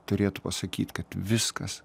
turėtų pasakyt kad viskas